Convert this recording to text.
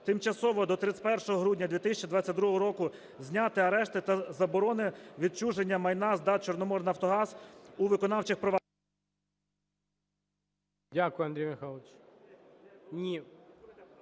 тимчасово до 31 грудня 2022 року зняти арешти та заборони відчуження майна з ДАТ "Чорноморнафтогаз" у виконавчих… ГОЛОВУЮЧИЙ. Дякую, Андрій Михайлович. Ні.